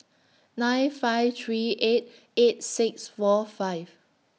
nine five three eight eight six four five